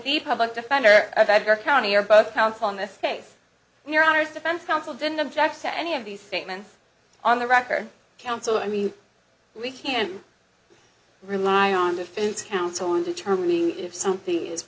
the public defender of edgar county are both counsel in this case your honor is defense counsel didn't object to any of these statements on the record counsel i mean we can rely on defense counsel in determining if something is